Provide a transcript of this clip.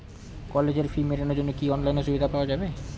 কলেজের ফি মেটানোর জন্য কি অনলাইনে সুবিধা পাওয়া যাবে?